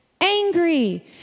angry